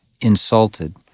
insulted